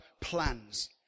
plans